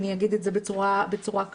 אני אגיד את זה בצורה כזו,